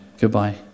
Goodbye